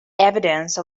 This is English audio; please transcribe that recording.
evidence